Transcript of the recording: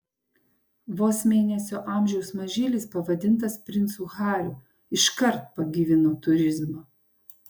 vos mėnesio amžiaus mažylis pavadintas princu hariu iškart pagyvino turizmą